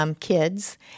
Kids